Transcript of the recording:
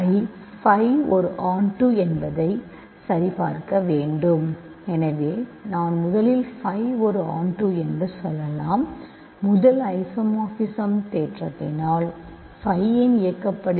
நான் phi ஒரு onto என்பதை சரிபார்க்க வேண்டும் எனவே நான் முதலில் phi ஒரு ஆண்ட்டூ என்று சொல்லலாம் முதல் ஐசோமார்பிசம் தேற்றத்தினால் phi ஏன் இயக்கப்படுகிறது